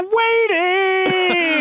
waiting